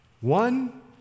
One